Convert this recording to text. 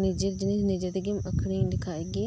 ᱱᱤᱡᱮᱨ ᱡᱤᱱᱤᱥ ᱱᱤᱡᱮ ᱛᱮᱜᱤᱢ ᱟᱹᱠᱷᱨᱤᱧ ᱞᱮᱠᱟᱷᱟᱡᱜᱤ